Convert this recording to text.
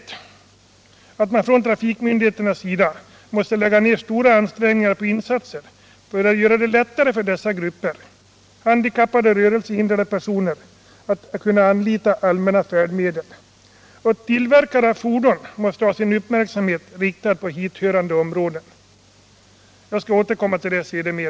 Trafikmyndigheterna måste lägga ned stora ansträngningar på insatser för att göra det lättare för handikappade och rörelsehindrade personer att anlita allmänna färdmedel. Tillverkare av fordon måste ha sin uppmärksamhet riktad på hithörande problem. — Jag skall återkomma till det senare.